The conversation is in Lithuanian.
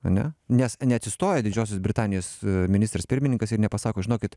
ane nes neatsistoja didžiosios britanijos ministras pirmininkas ir nepasako žinokit